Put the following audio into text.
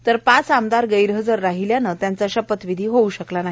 तर पाच आमदार गैरहजर राहिल्यानं त्यांचा शपथविधी होऊ शकला नाही